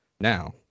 Now